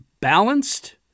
balanced